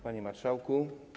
Panie Marszałku!